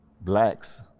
blacks